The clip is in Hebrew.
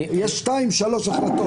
יש שתיים-שלוש החלטות.